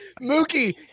Mookie